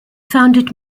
founded